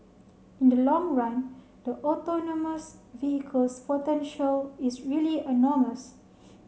in the long run the autonomous vehicles potential is really enormous